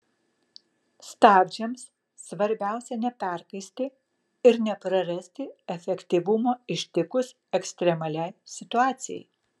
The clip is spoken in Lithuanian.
stabdžiams svarbiausia neperkaisti ir neprarasti efektyvumo ištikus ekstremaliai situacijai